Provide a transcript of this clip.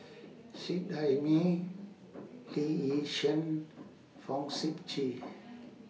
Seet Ai Mee Lee Yi Shyan Fong Sip Chee